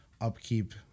upkeep